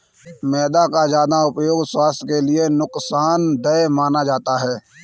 मैदा का ज्यादा प्रयोग स्वास्थ्य के लिए नुकसान देय माना जाता है